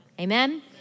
Amen